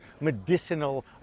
medicinal